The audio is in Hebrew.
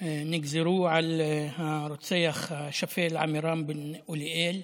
נגזרו על הרוצח השפל עמירם בן אוליאל.